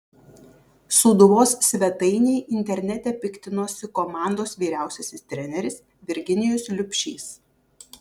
sūduvos svetainei internete piktinosi komandos vyriausiasis treneris virginijus liubšys